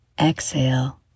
Exhale